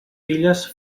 filles